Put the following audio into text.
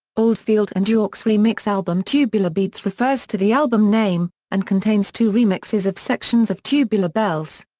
oldfield and york's remix album tubular beats refers to the album name, and contains two remixes of sections of tubular bells.